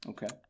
Okay